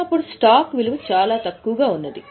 అప్పుడు స్టాక్ విలువ చాలా తక్కువగా ఉండేది